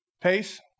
pace